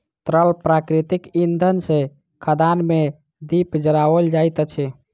तरल प्राकृतिक इंधन सॅ खदान मे दीप जराओल जाइत अछि